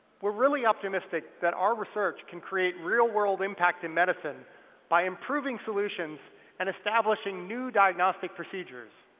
we're really optimistic that our research can create real world impact in medicine by improving solutions and establishing new diagnostic procedures.